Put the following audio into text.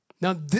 Now